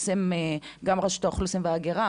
היו שם גם לרשות האוכלוסין וההגירה,